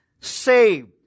saved